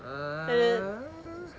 ah